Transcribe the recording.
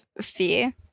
fear